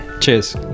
cheers